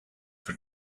for